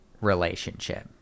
relationship